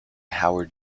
howard